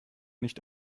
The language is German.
nicht